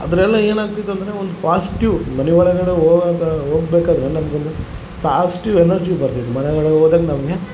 ಆದರೆಲ್ಲಾ ಏನಾಗ್ತಿತ್ತು ಅಂದರೆ ಒಂದು ಪಾಸಿಟಿವ್ ಮನೆಯೊಳಗಡೆ ಹೋಗಬೇಕ ಹೋಗಬೇಕಾದ್ರೆ ನಮ್ಗೆ ಒಂದು ಪಾಸ್ಟಿವ್ ಎನರ್ಜಿ ಬರ್ತಿತ್ತು ಮನೆಒಳಗೆ ಹೋದ್ರೆ ನಮಗೆ